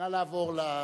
נא לעבור.